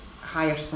higher